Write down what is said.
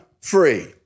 free